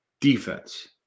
defense